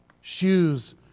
shoes